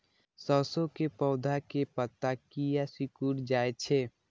सरसों के पौधा के पत्ता किया सिकुड़ जाय छे?